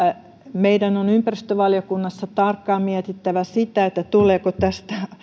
meidän on ympäristövaliokunnassa tarkkaan mietittävä sitä tuleeko tästä